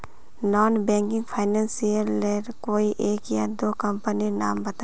Non banking financial लेर कोई एक या दो कंपनी नीर नाम बता?